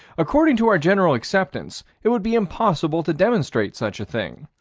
according to our general acceptance, it would be impossible to demonstrate such a thing.